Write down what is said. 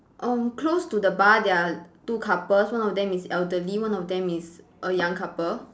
uh close to the bar there are two couples one of them is elderly one of them is a young couple